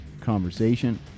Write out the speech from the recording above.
conversation